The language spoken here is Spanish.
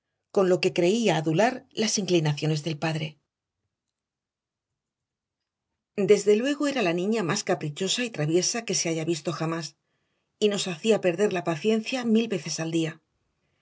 con lo que creía adular las inclinaciones del padre desde luego era la niña más caprichosa y traviesa que se haya visto jamás y nos hacía perder la paciencia mil veces al día